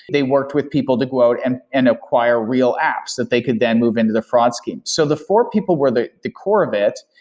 they worked with people to go out and and acquire real apps that they can then move into the fraud scheme. so the four people were the core of it,